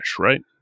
right